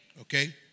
Okay